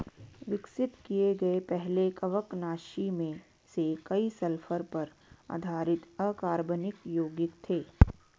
विकसित किए गए पहले कवकनाशी में से कई सल्फर पर आधारित अकार्बनिक यौगिक थे